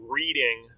reading